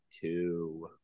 two